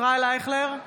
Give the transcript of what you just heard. ישראל אייכלר,